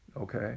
Okay